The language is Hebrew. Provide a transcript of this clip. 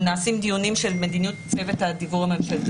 נעשים דיונים של מדיניות צוות הדיוור הממשלתי.